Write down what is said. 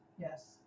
Yes